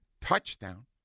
Touchdown